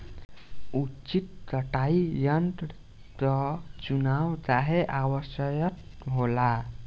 उचित कटाई यंत्र क चुनाव काहें आवश्यक होला?